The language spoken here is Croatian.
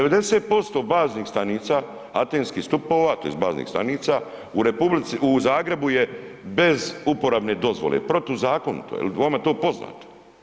90% baznih stanica, atenskih stupova tj. baznih stanica u Zagrebu je bez uporabne dozvole, protuzakonito jel, vama je to poznato.